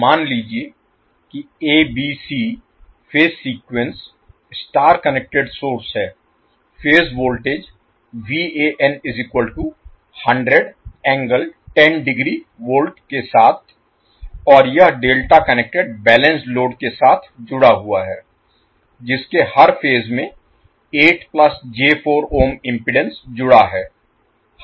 मान लीजिए कि A B C phase sequence star connected source है फेज वोल्टेज के साथ और यह डेल्टा कनेक्टेड बैलेंस्ड लोड के साथ जुड़ा हुआ है जिसके हर फेज में 8 j4 इम्पीडेन्स जुड़ा है